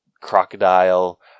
Crocodile